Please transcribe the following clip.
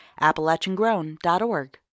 appalachiangrown.org